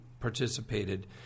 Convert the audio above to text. participated